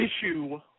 issue